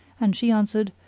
and she answered,